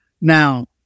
Now